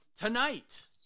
tonight